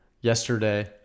yesterday